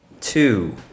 Two